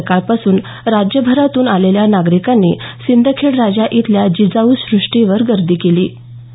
सकाळपासून राज्यभरातून आलेल्या नागरिकांनी सिंदखेडराजा इथल्या जिजाऊ सृष्टीवर गर्दी केली आहे